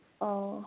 ꯑꯣ